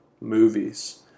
movies